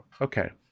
Okay